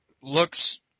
looks